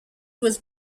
was